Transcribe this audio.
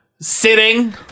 Sitting